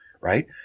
right